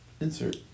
insert